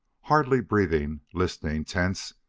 hardly breathing, listening, tense,